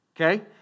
okay